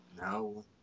No